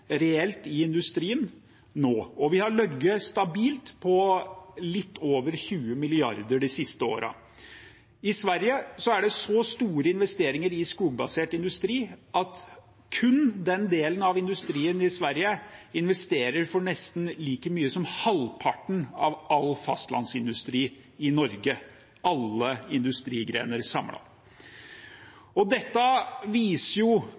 reelt i industrien nå, og vi har ligget stabilt på litt over 20 mrd. kr de siste årene. I Sverige er det så store investeringer i skogbasert industri at kun den delen av industrien i Sverige investerer for nesten like mye som halvparten av all fastlandsindustri i Norge – alle industrigrener samlet. Dette viser